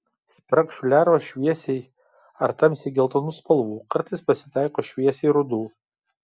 spragšių lervos šviesiai ar tamsiai geltonų spalvų kartais pasitaiko šviesiai rudų